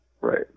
right